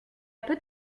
peut